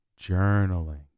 Journaling